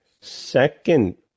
Second